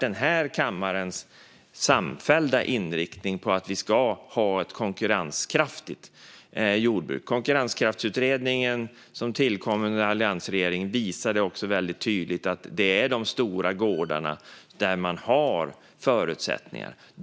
Den här kammarens samfällda inriktning har varit att vi ska ha ett konkurrenskraftigt jordbruk. Konkurrenskraftsutredningen som tillkom under alliansregeringen visade också väldigt tydligt att det är de stora gårdarna som har förutsättningar.